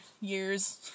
years